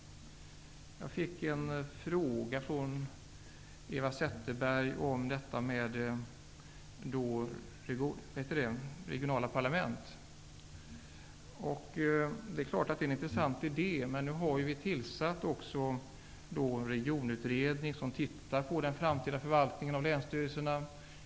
Eva Zetterberg ställde en fråga till mig om detta med regionala parlament. Det är klart att det som framförts är en intressant idé. Men en regionutredning har tillsatts som har att titta på den framtida förvaltningen av länsstyrelserna.